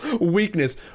weakness